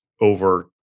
over